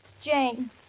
Jane